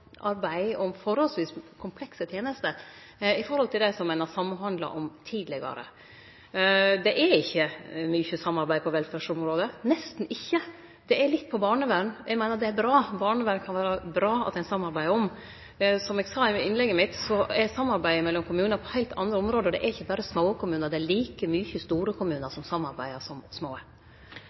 om forholdsvis komplekse tenester i forhold til det som ein har samhandla om tidlegare. Det er ikkje mykje samarbeid på velferdsområdet – nesten ikkje. Det er litt på barnevern, eg meiner det er bra. Barnevern kan det vere bra at ein samarbeider om. Som eg sa i innlegget mitt, er samarbeidet mellom kommunar på heilt andre område, og det er ikkje berre småkommunar. Det er like mykje store kommunar som samarbeider, som små.